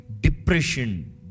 depression